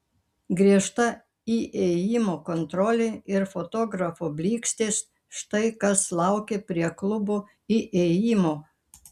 griežta įėjimo kontrolė ir fotografų blykstės štai kas laukė prie klubo įėjimo